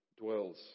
dwells